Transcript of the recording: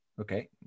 Okay